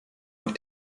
noch